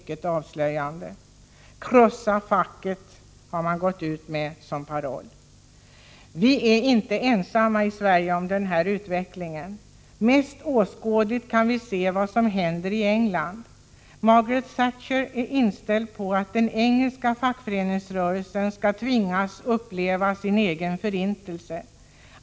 Krossa facket, löd en annan paroll. Vi är inte ensamma i Sverige om den här utvecklingen. Mest åskådligt kan vi se vad som händer i England. Margaret Thatcher är inställd på att den engelska fackföreningsrörelsen skall tvingas uppleva sin egen förintelse.